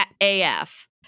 af